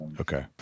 Okay